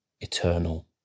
eternal